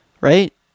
right